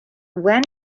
when